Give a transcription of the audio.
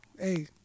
Hey